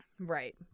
right